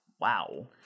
Wow